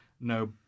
no